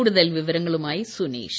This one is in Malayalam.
കൂടുതൽ വിവരങ്ങളുമായി സുനീഷ്